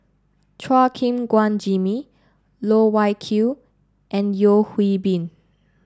Chua Gim Guan Jimmy Loh Wai Kiew and Yeo Hwee Bin